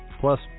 plus